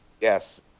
yes